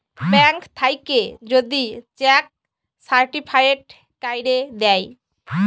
bank থ্যাইকে যদি cheque certified ক্যইরে দ্যায়